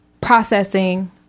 processing